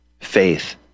faith